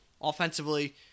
Offensively